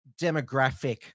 demographic